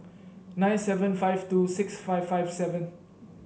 nine seven five two six five five seven